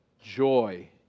joy